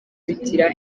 bigira